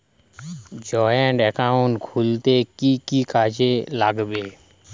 Joint account খুলতে কি কি কাগজ লাগবে?